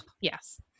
yes